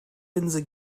streulinse